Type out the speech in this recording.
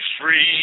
free